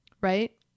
Right